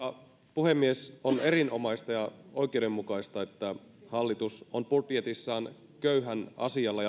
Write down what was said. puhemies on erinomaista ja oikeudenmukaista että hallitus on budjetissaan köyhän asialla